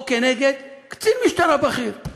או כנגד קצין משטרה בכיר,